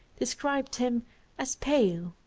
described him as pale,